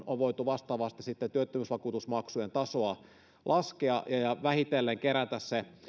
on voitu vastaavasti sitten työttömyysvakuutusmaksujen tasoa laskea ja ja vähitellen kerätä se